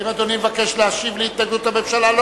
האם אדוני מבקש להשיב על התנגדות הממשלה?